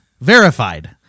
verified